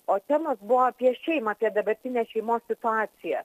o temos buvo apie šeimą apie dabartinę šeimos situaciją